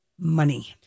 money